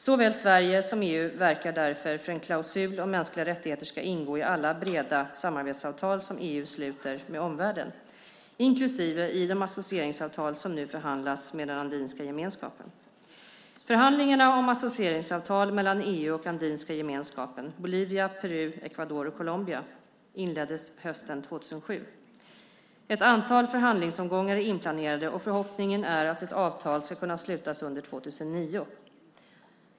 Såväl Sverige som EU verkar därför för att en klausul om mänskliga rättigheter ska ingå i alla breda samarbetsavtal som EU sluter med omvärlden, inklusive i de associeringsavtal som nu förhandlas med Andinska gemenskapen. Förhandlingarna om associeringsavtal mellan EU och Andinska gemenskapen - Bolivia, Peru, Ecuador och Colombia - inleddes hösten 2007. Ett antal förhandlingsomgångar är inplanerade, och förhoppningen är att ett avtal ska kunna slutas under 2009.